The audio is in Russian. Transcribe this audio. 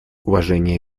уважение